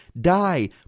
die